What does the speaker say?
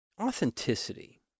Authenticity